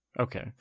Okay